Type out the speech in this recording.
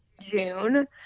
June